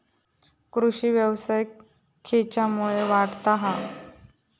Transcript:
कृषीव्यवसाय खेच्यामुळे वाढता हा?